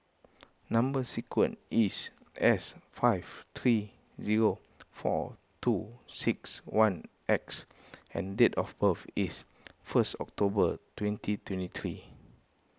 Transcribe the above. Number Sequence is S five three zero four two six one X and date of birth is first October twenty twenty three